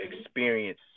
experience